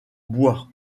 bois